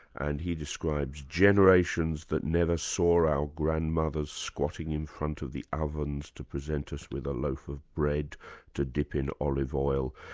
and he describes generations that never saw our grandmothers squatting in front of the ovens to present us with a loaf of bread to dip in olive oil,